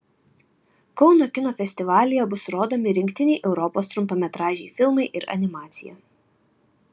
kauno kino festivalyje bus rodomi rinktiniai europos trumpametražiai filmai ir animacija